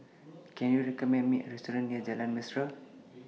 Can YOU recommend Me A Restaurant near Jalan Mesra